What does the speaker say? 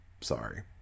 Sorry